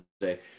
today